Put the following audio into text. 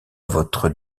votre